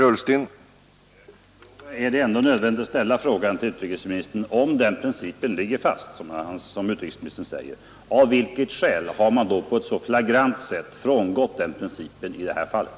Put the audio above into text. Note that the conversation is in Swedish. Herr talman! Om denna princip ligger fast, som utrikesministern säger, är det ändå nödvändigt att till utrikesministern ställa frågan: Av vilket skäl har man på ett så flagrant sätt frångått principen i det här fallet?